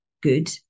good